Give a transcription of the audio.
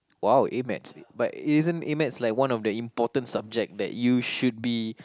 !wow! A Math but isn't A Math like one of the important subject that you should be